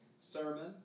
sermon